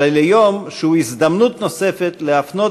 אלא ליום שהוא הזדמנות נוספת להפנות